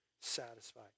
satisfied